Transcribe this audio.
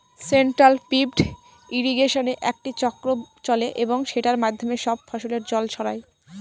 central pivot ইর্রিগেশনে একটি চক্র চলে এবং সেটার মাধ্যমে সব ফসলে জল ছড়ায়